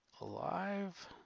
Alive